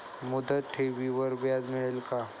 मुदत ठेवीवर व्याज मिळेल का?